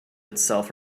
itself